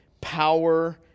power